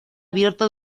abierto